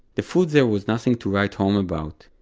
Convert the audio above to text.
the food there was nothing to write home about,